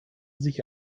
sich